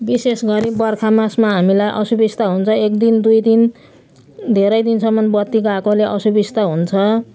विशेष गरी बर्खा मासमा हामीलाई असुबिस्ता हुन्छ एक दिन दुई दिन धेरै दिनसम्म बत्ती गएकोले असुबिस्ता हुन्छ